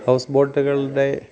house ബോട്ടുകളുടെ